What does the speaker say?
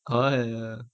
oh ya